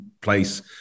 place